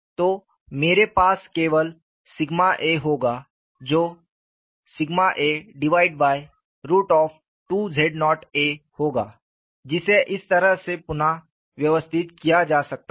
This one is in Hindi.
तो मेरे पास केवल सिग्मा a होगा जो a2z0a होगा जिसे इस तरह से पुन व्यवस्थित किया जा सकता है